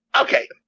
Okay